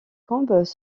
combes